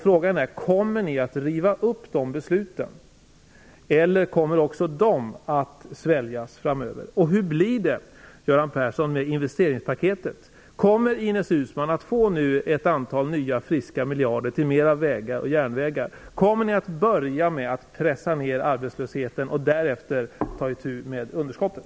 Frågan är: Kommer ni att riva upp de besluten, eller kommer också de att sväljas framöver? Hur blir det, Göran Persson, med investeringspaketet? Kommer Ines Uusmann att nu få ett antal nya friska miljarder till mera vägar och järnvägar? Kommer ni att börja med att pressa ned arbetslösheten, och därefter ta itu med underskottet?